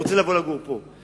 הוא רוצה לבוא לגור פה,